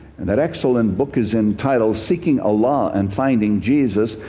and that excellent book is entitled, seeking a law and finding jesus.